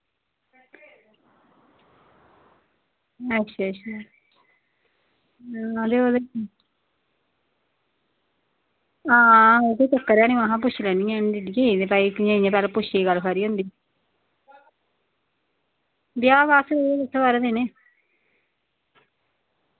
अच्छा अच्छा हां ते होर हां उ'ऐ चक्कर ऐ नी महां पुच्छी लैनी आं कि भई कि'यां कि'यां पैह्ले पुच्छी दी गल्ल खरी होंदी ब्याह् बस इ'यै दस्सें बारें दिनें